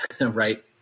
right